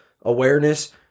awareness